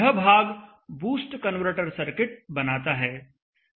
यह भाग boost converter circuit बनाता है